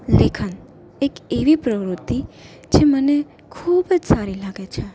લેખન એક એવી પ્રવૃતિ જે મને ખૂબ જ સારી લાગે છે